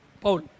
Paul